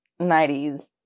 90s